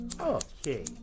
okay